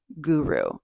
guru